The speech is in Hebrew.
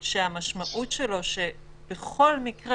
שהמשמעות שלו שבכל מקרה,